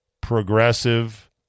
progressive